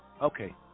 Okay